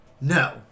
No